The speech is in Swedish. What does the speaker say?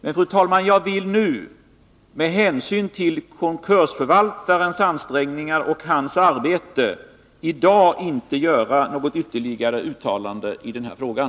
Men, fru talman, med hänsyn till konkursförvaltarens ansträngningar och hans arbete vill jag inte nu i dag göra något ytterligare uttalande i den här frågan.